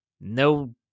no